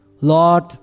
Lord